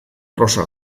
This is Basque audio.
prosa